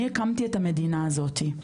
אני הקמתי את המדינה הזאתי,